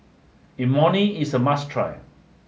Imoni is a must try